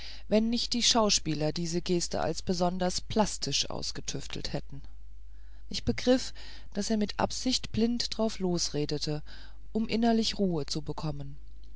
wenn nicht die schauspieler diese geste als besonders plastisch ausgetüftelt hätten ich begriff daß er mit absicht blind drauflos redete um innerlich ruhe zu bekommen